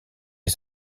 les